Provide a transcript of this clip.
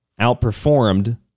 outperformed